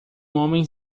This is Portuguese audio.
homem